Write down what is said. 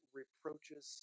reproaches